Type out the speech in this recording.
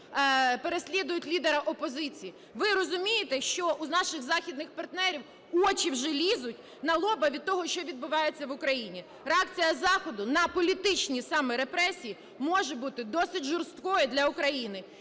переслідують лідера опозиції. Ви розумієте, що у наших західних партнерів очі вже лізуть на лоб від того, що відбувається в Україні? Реакція заходу на політичні саме репресії може бути досить жорсткою для України.